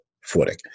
footing